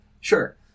sure